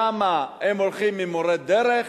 שם הם הולכים עם מורי דרך,